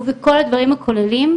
ובכל הדברים הכוללים,